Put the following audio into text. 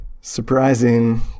surprising